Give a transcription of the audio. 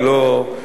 היא לא בדיוק,